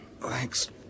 Thanks